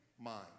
mind